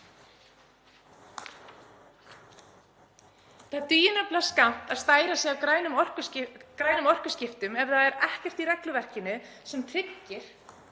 Það dugir nefnilega skammt að stæra sig af grænum orkuskiptum ef það er ekkert í regluverkinu sem tryggir